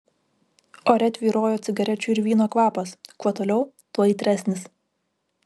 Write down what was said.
ore tvyrojo cigarečių ir vyno kvapas kuo toliau tuo aitresnis